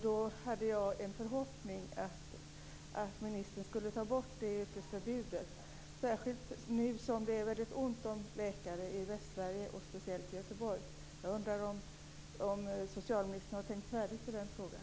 Då hade jag en förhoppning om att ministern skulle ta bort det yrkesförbudet, särskilt nu när det är väldigt ont om läkare i Västsverige och speciellt i Göteborg. Jag undrar om socialministern har tänkt färdigt i den frågan.